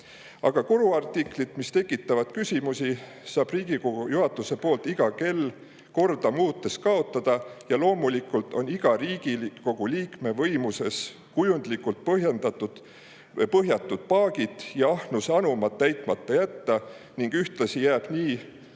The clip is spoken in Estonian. Aga kuluartiklid, mis tekitavad küsimusi, saab Riigikogu juhatus iga kell korda muutes kaotada. Ja loomulikult on iga Riigikogu liikme võimuses – kujundlikult – põhjatud paagid ja ahnuse anumad täitmata jätta. Ühtlasi jääb nii